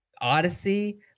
Odyssey